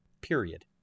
period